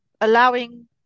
allowing